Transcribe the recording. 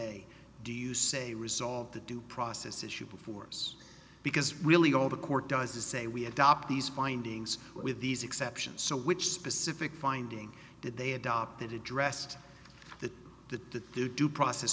a do you say resolved the due process issue before us because really all the court does is say we adopt these findings with these exceptions so which specific finding did they adopt that addressed that the do due process